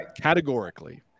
categorically